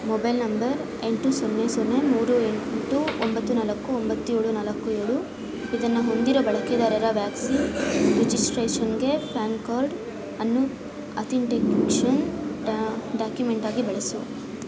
mobile number ಎಂಟು ಸೊನ್ನೆ ಸೊನ್ನೆ ಮೂರು ಎಂಟು ಒಂಬತ್ತು ನಾಲ್ಕು ಒಂಬತ್ತು ಏಳು ನಾಲ್ಕು ಏಳು ಇದನ್ನು ಹೊಂದಿರೋ ಬಳಕೆದಾರರ ವ್ಯಾಕ್ಸಿನ್ ರಿಜಿಸ್ಟ್ರೇಷನ್ಗೆ ಪ್ಯಾನ್ ಕಾರ್ಡ್ ಅನ್ನು ಅಥೆಂಟಿಕೇಷನ್ ಡಾಕ್ಯುಮೆಂಟಾಗಿ ಬಳಸು